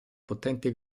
potente